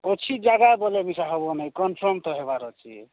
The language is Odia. ଅଛି ଜାଗା ବୋଲେ ବିଶ୍ୱାସ ହେବନାଇଁ କନଫର୍ମ ତ ହେବାର ଅଛି